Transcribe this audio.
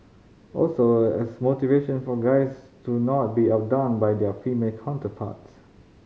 also as motivation for guys to not be outdone by their female counterparts